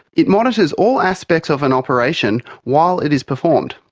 it monitors all aspects of an operation while it is performed.